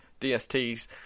DSTs